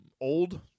Old